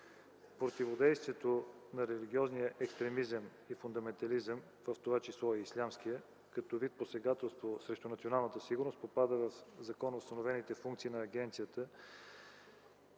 Противодействието на религиозния екстремизъм и фундаментализъм, в това число и ислямския, като вид посегателство срещу националната сигурност попада в законоустановените функции на агенцията